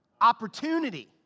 Opportunity